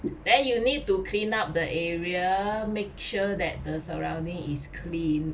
then you need to clean up the area make sure that the surrounding is clean